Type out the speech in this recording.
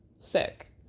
sick